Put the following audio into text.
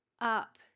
up